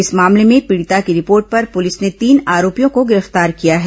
इस मामले में पीड़िता की रिपोर्ट पर पुलिस ने तीन आरोपियों को गिरफ्तार कर लिया है